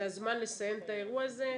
זה הזמן לסיים את האירוע הזה.